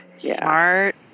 Smart